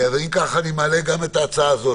אם כך אני מעלה גם את ההצעה הזו,